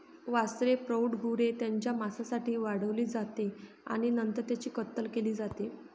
वासरे प्रौढ गुरे त्यांच्या मांसासाठी वाढवली जाते आणि नंतर त्यांची कत्तल केली जाते